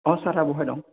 औ सारा बहाय दं